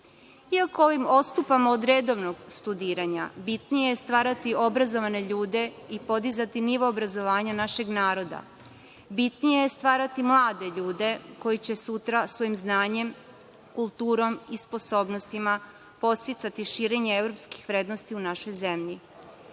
ovim odstupamo od redovnog studiranja, bitnije je stvarati obrazovane ljude i podizati nivo obrazovanja našeg naroda. Bitnije je stvarati mlade ljude koji će sutra svojim znanjem, kulturom i sposobnostima podsticati širenje evropskih vrednosti u našoj zemlji. Cilj